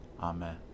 Amen